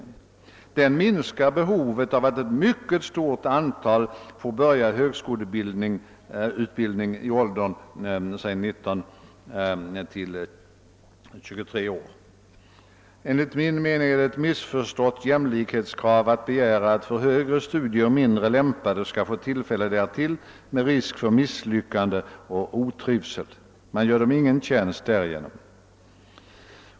En sådan minskar behovet av att ett maximalt antal personer får börja högskoleutbildning i t.ex. åldern 19—23 år. Enligt min mening är det ett missriktat jämlikhetskrav att begära att för högre studier mindre lämpade skall få tillfälle därtill, med risk för misslyckanden och otrivsel. Man gör därigenom dessa personer ingen tjänst.